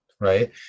right